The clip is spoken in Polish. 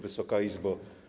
Wysoka Izbo!